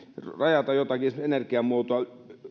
rajata jotakin energiamuotoa